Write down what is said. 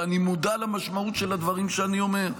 ואני מודע למשמעות של הדברים שאני אומר.